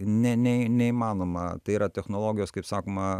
ne ne neįmanoma tai yra technologijos kaip sakoma